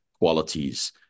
qualities